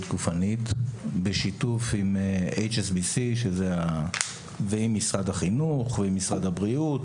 גופנית בשיתוף עם HSBC ועם משרד החינוך או משרד הבריאות.